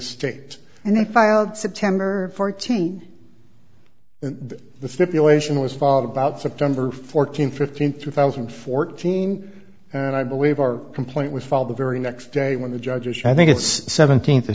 estate and it filed september fourteenth and the stipulation was followed about september fourteenth fifteenth two thousand and fourteen and i believe our complaint was filed the very next day when the judges i think it's the seventeenth o